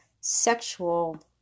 sexual